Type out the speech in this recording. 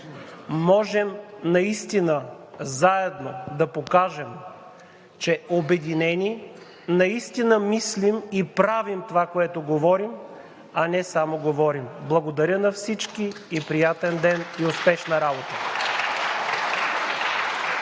Можем наистина заедно да покажем, че обединени, наистина мислим и правим това, което говорим, а не само говорим. Благодаря на всички. Приятен ден и успешна работа!